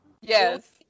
Yes